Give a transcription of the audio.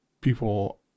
people